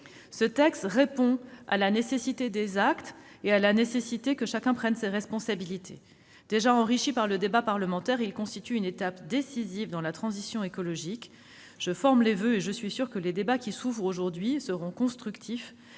Ce texte répond à la nécessité que nous agissions et que chacun prenne ses responsabilités. Déjà enrichi par le débat parlementaire, il constitue une étape décisive dans la transition écologique. Je forme le voeu que les débats qui s'ouvrent aujourd'hui soient constructifs,